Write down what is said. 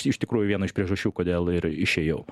iš tikrųjų viena iš priežasčių kodėl ir išėjau